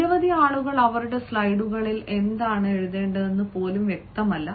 നിരവധി ആളുകൾക്ക് അവരുടെ സ്ലൈഡുകളിൽ എന്താണ് എഴുതേണ്ടതെന്ന് പോലും വ്യക്തമല്ല